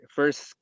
First